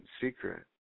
secret